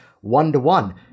one-to-one